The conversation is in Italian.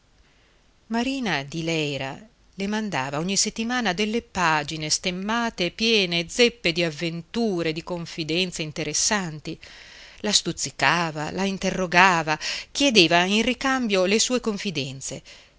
marina di leyra le mandava ogni settimana delle paginette stemmate piene zeppe di avventure di confidenze interessanti la stuzzicava la interrogava chiedeva in ricambio le sue confidenze